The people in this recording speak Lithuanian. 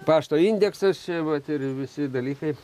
pašto indeksas vat ir visi dalykai